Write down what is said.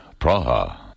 Praha